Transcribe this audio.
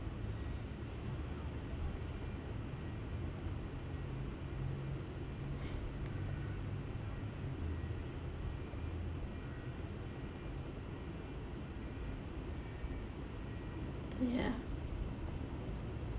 ya